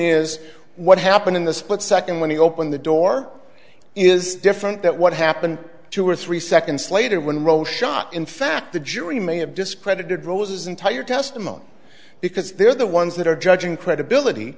is what happened in the split second when he opened the door is different that what happened two or three seconds later when ro shot in fact the jury may have discredited rose's entire testimony because they're the ones that are judging credibility